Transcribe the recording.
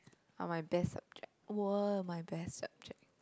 are my best subject were my best subject